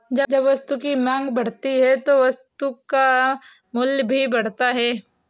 जब वस्तु की मांग बढ़ती है तो वस्तु का मूल्य भी बढ़ता है